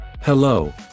Hello